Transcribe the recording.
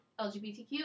LGBTQ